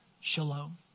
shalom